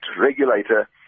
regulator